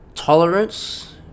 Tolerance